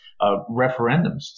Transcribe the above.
referendums